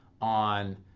on